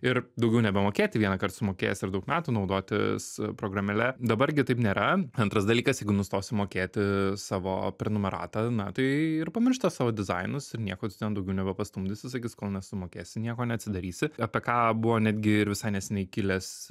ir daugiau nebemokėti vieną kartą sumokėjęs ir daug metų naudotis programėle dabar gi taip nėra antras dalykas jeigu nustosiu mokėti savo prenumeratą na tai ir pamiršta savo dizainus ir nieko ten daugiau nepastumdysi sakys kol nesumokėsi nieko neatsidarysi apie ką buvo netgi ir visai neseniai kilęs